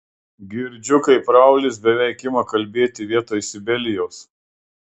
girdžiu kaip raulis beveik ima kalbėti vietoj sibelijaus